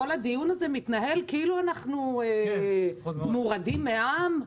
כל הדיון הזה מתנהל כאילו אנחנו מורדים מעם.